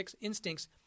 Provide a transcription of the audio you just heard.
instincts